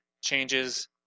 changes